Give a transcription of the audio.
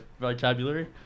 vocabulary